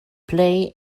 play